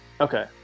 Okay